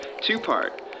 Two-part